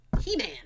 He-Man